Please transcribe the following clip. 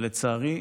לצערי,